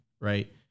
right